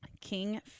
King